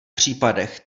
případech